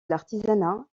l’artisanat